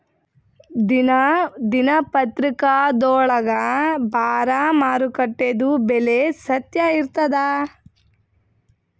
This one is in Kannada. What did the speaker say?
ದಿನಾ ದಿನಪತ್ರಿಕಾದೊಳಾಗ ಬರಾ ಮಾರುಕಟ್ಟೆದು ಬೆಲೆ ಸತ್ಯ ಇರ್ತಾದಾ?